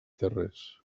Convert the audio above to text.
tarrés